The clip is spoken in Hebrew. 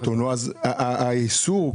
האיסור,